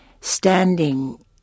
standing